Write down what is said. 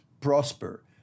prosper